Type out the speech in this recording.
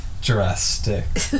Jurassic